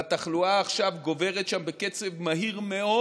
והתחלואה עכשיו גוברת שם בקצב מהיר מאוד,